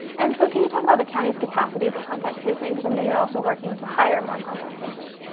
and so can you talk about the county's capacity for contact tracing? because i know you're also working to hire more contact tracers.